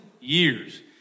years